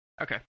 Okay